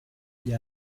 gli